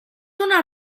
una